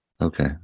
okay